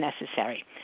necessary